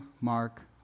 Mark